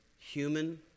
Human